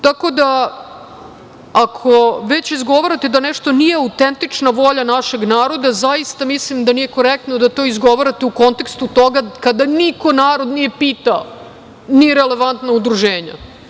Tako da ako već izgovarate da nešto nije autentična volja našeg naroda zaista mislim da nije korektno da to izgovarate u kontekstu toga kada niko narod nije pitao, ni relevantna udruženja.